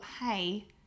hey